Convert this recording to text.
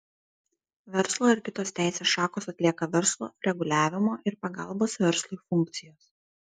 verslo ir kitos teisės šakos atlieka verslo reguliavimo ir pagalbos verslui funkcijas